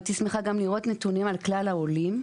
הייתי שמחה גם לראות נתונים על כלל העולים.